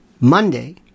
Monday